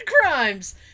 crimes